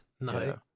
No